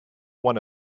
one